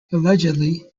allegedly